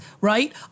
right